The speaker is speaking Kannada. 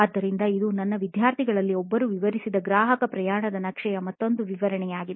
ಆದ್ದರಿಂದ ಇದು ನನ್ನ ವಿದ್ಯಾರ್ಥಿಗಳಲ್ಲಿ ಒಬ್ಬರು ವಿವರಿಸಿದ ಗ್ರಾಹಕ ಪ್ರಯಾಣದ ನಕ್ಷೆಯ ಮತ್ತೊಂದು ಉದಾಹರಣೆಯಾಗಿದೆ